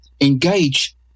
engage